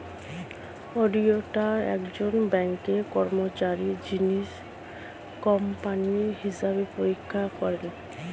auditor একজন ব্যাঙ্কের কর্মচারী যিনি কোম্পানির হিসাব পরীক্ষা করেন